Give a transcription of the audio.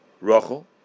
Rachel